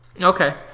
Okay